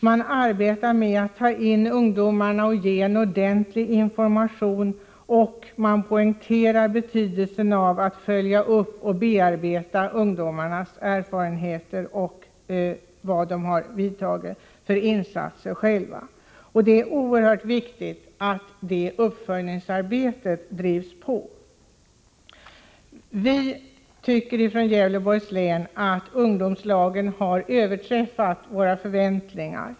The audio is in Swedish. Man arbetar med att ta in ungdomarna och ge dem en ordentlig information. Man poängterar betydelsen av att arbetet följs upp och att ungdomarnas erfarenheter bearbetas samt att de insatser som ungdomarna själva gjort redovisas. Det är oerhört viktigt att detta uppföljningsarbete drivs på. Vi från Gävleborgs län tycker att ungdomslagen har överträffat våra förväntningar.